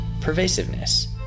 Pervasiveness